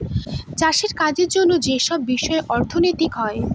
চাষের কাজের জন্য যেসব বিষয়ে অর্থনীতি হয়